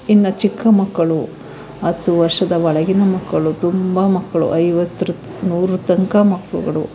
ಇನ್ನೂ ಚಿಕ್ಕ ಮಕ್ಕಳು ಹತ್ತು ವರ್ಷದ ಒಳಗಿನ ಮಕ್ಕಳು ತುಂಬ ಮಕ್ಕಳು ಐವತ್ತರ ನೂರರ ತನಕ ಮಕ್ಕಳು